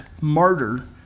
martyr